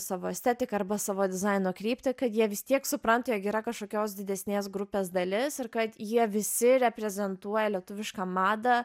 savo estetiką arba savo dizaino kryptį kad jie vis tiek supranta jog yra kažkokios didesnės grupės dalis ir kad jie visi reprezentuoja lietuvišką madą